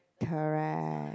correct